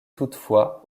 toutefois